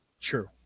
true